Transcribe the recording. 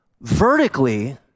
vertically